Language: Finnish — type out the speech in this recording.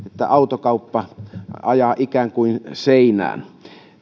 autokauppa ajaa ikään kuin seinään